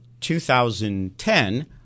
2010